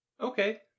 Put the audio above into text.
Okay